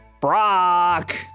Brock